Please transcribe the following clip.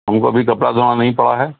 ہم کو بھی کپڑا دھونا نہیں پڑا ہے